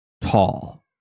tall